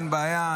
אין בעיה.